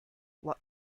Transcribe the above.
what